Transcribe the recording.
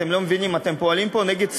אתם לא מבינים, אתם פועלים פה נגד ציבור,